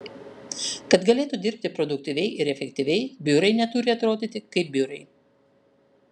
kad galėtų dirbti produktyviai ir efektyviai biurai neturi atrodyti kaip biurai